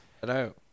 Hello